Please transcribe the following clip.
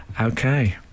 Okay